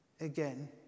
again